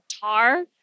tar